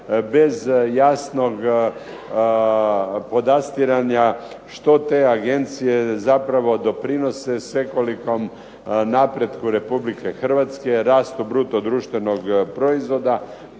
bez jasnog podastiranja što te agencije doprinose svekolikom napretku Republike Hrvatske, rastu bruto-društvenog proizvoda,